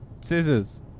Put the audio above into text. scissors